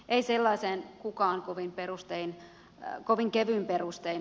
ei sellaiseen kukaan kovin kevyin perustein halua